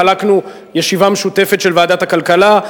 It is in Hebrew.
חלקנו ישיבה משותפת של ועדת הכלכלה,